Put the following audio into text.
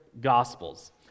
gospels